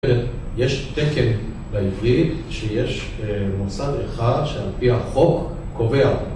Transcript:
יש תקן בעברית שיש מוסד אחד שעל פי החוק קובע